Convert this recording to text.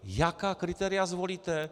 Jaká kritéria zvolíte?